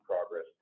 progress